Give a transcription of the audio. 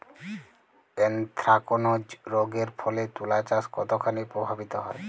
Anthracnose রোগ এর ফলে তুলাচাষ কতখানি প্রভাবিত হয়?